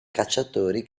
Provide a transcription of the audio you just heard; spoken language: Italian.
cacciatori